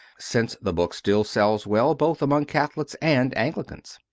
since the book still sells well both among catholics and anglicans.